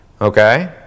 Okay